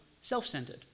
self-centered